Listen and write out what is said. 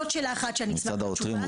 זאת שאלה אחת שאני אשמח לתשובה.